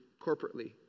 corporately